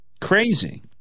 Crazy